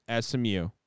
SMU